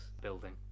building